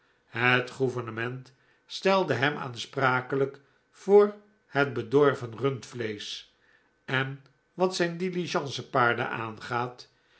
het gouvernement stelde hem aansprakelijk voor het bedorven rundvleesch en wat zijn diligencepaarden aangaat